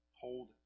hold